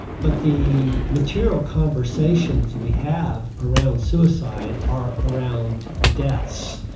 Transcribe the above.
but the material conversations we have around suicide are around the deaths.